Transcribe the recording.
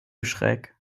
schreck